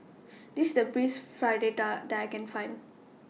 This The Best Fritada that I Can Find